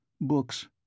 Books